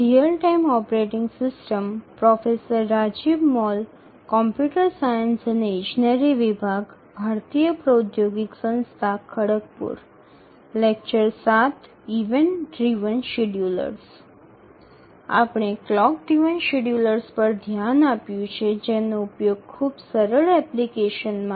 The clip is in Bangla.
আমরা ঘড়ি চালিত শিডিয়ুলারের দিকে নজর রেখেছি যা খুব সাধারণ অ্যাপ্লিকেশনগুলিতে দক্ষতার সাথে ব্যবহৃত হয়